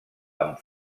amb